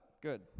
Good